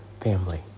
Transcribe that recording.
family